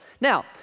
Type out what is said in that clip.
Now